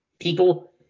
people